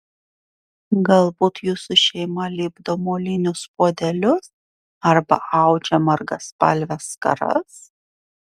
galbūt jūsų šeima lipdo molinius puodelius arba audžia margaspalves skaras